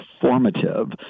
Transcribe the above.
formative